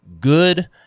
good